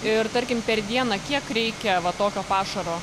ir tarkim per dieną kiek reikia va tokio pašaro